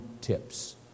Tips